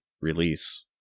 release